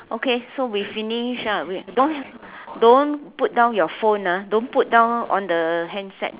okay so we finished ah we don't don't put down your phone ah don't put down on the handset